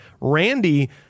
Randy